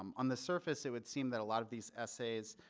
um on the surface, it would seem that a lot of these essays,